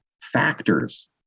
factors